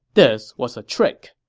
this was a trick.